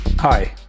Hi